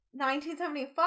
1975